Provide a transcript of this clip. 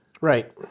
Right